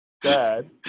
dad